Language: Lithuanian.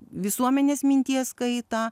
visuomenės minties kaitą